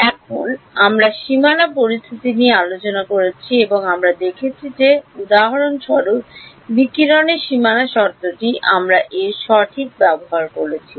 এখন আমরা সীমানা পরিস্থিতি নিয়ে আলোচনা করেছি এবং আমরা দেখেছি যে উদাহরণস্বরূপ বিকিরণের সীমানা শর্তটি আমরা এর সঠিক ব্যবহার করেছি